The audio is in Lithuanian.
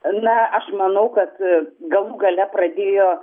na aš manau kad galų gale pradėjo